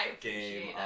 game